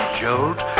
jolt